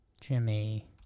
Jimmy